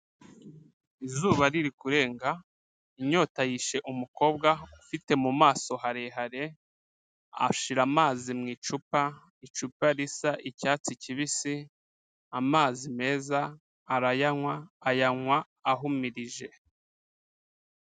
Izuba riri kurenga inyota yishe umukobwa ufite mu maso harehare ashira amazi mu icupa, icupa risa icyatsi kibisi amazi meza arayanywa ayanywa ahumirije.